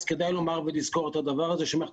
אז כדאי לומר ולזכור את הדבר הזה שמערכת